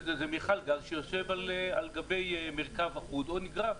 גז שיושב על גבי מרכב אחוד או נגרר.